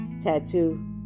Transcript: tattoo